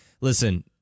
Listen